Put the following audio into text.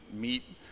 meet